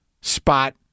spot